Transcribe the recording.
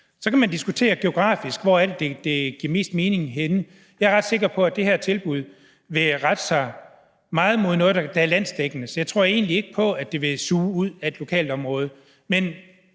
Så kan man diskutere, hvor det geografisk giver mest mening at placere dem henne. Jeg er ret sikker på, at det her tilbud vil rette sig meget mod noget, der er landsdækkende, så jeg tror egentlig ikke på, at det vil suge noget ud af et lokalområde. Men